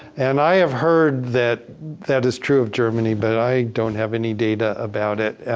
and i have heard that that is true of germany, but i don't have any data about it.